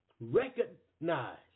recognize